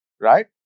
right